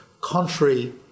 contrary